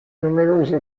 numerose